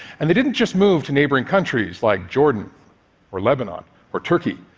and they didn't just move to neighboring countries like jordan or lebanon or turkey.